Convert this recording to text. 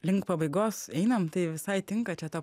link pabaigos einam tai visai tinka čia ta